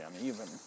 uneven